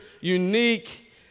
unique